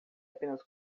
apenas